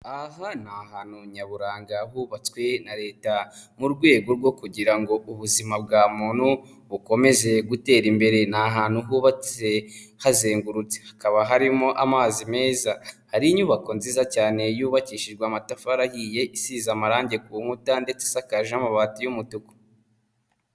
Aha ni ahantu nyaburanga hubatswe na leta, mu rwego rwo kugira ngo ubuzima bwa muntu, bukomeze gutera imbere. Ni ahantu hubatse hazengurutse. Hakaba harimo amazi meza. Hari inyubako nziza cyane, yubakishijwe amatafari ahiye, isize amarange ku nkuta ndetse isakajeho amabati y'umutuku.